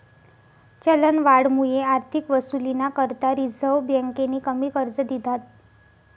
चलनवाढमुये आर्थिक वसुलीना करता रिझर्व्ह बँकेनी कमी कर्ज दिधात